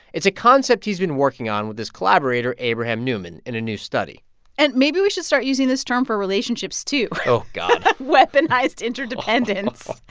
it's a concept he's been working on with his collaborator abraham newman in a new study and maybe we should start using this term for relationships, too oh, god weaponized interdependence.